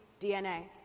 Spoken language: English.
DNA